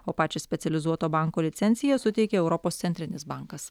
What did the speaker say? o pačią specializuoto banko licenciją suteikia europos centrinis bankas